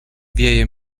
wieje